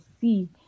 see